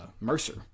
Mercer